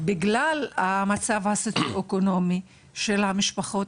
בגלל המצב הסוציו אקונומי של המשפחות,